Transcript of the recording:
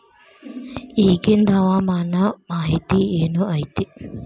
ಇಗಿಂದ್ ಹವಾಮಾನ ಮಾಹಿತಿ ಏನು ಐತಿ?